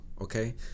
okay